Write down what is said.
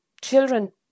children